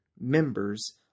members